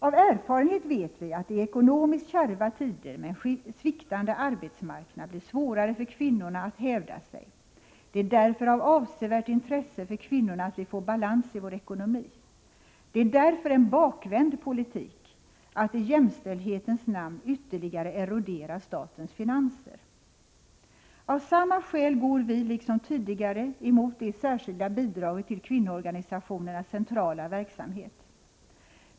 Av erfarenhet vet vi att det i ekonomiskt kärva tider med en sviktande arbetsmarknad blir svårare för kvinnorna att hävda sig. Det är därför av avsevärt intresse för kvinnorna att vi får balans i vår ekonomi. Det är därför en bakvänd politik att i jämställdhetens namn ytterligare erodera statens finanser. Av samma skäl går vi, liksom tidigare, emot det särskilda bidraget till kvinnoorganisationernas centrala verksamhet.